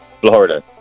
Florida